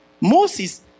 Moses